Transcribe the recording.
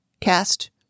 cast